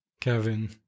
Kevin